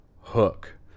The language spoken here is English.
hook